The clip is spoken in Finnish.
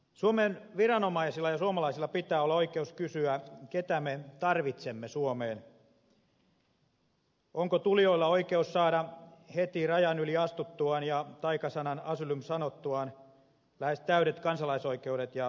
suomen viranomaisilla ja suomalaisilla pitää olla oikeus kysyä keitä me tarvitsemme suomeen onko tulijoilla oikeus saada heti rajan yli astuttuaan ja taikasanan asylum sanottuaan lähes täydet kansalaisoikeudet ja sosiaaliturva